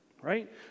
right